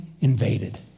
invaded